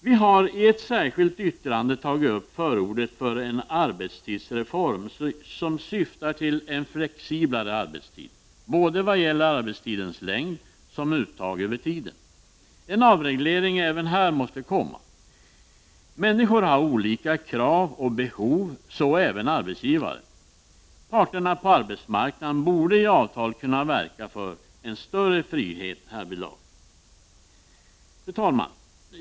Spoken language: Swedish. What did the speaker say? Vi har i ett särskilt yttrande tagit upp förordet för en arbetstidsreform som syftar till en flexiblare arbetstid vad gäller såväl arbetstidens längd som uttag över tiden. En avreglering även här måste komma. Människor har olika krav och behov. Så även arbetsgivare. Parterna på arbetsmarknaden borde i avtal kunna verka för en större frihet härvidlag. Fru talman!